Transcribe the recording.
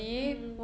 mm